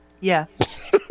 Yes